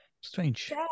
Strange